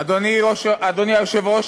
אדוני היושב-ראש,